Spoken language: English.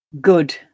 Good